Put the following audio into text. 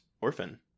orphan